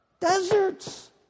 Deserts